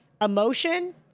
Emotion